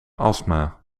astma